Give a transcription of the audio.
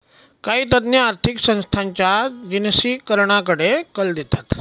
काही तज्ञ आर्थिक संस्थांच्या जिनसीकरणाकडे कल देतात